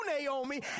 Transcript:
Naomi